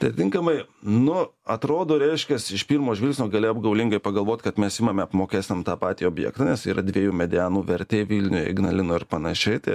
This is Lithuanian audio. tai tinkamai nu atrodo reiškias iš pirmo žvilgsnio gali apgaulingai pagalvot kad mes imame apmokestint tą patį objektą nes yra dviejų medianų vertė vilniuje ignalinoje ir panašiai tai